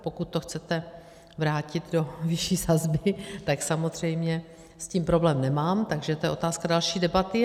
Pokud to chcete vrátit do vyšší sazby, tak samozřejmě s tím problém nemám, takže to je otázka další debaty.